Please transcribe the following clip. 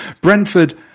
Brentford